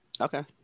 Okay